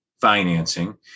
financing